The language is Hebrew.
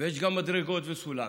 ויש גם מדרגות וסולם.